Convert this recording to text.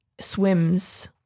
swims